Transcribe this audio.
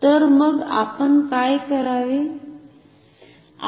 तर मग आपण काय करावे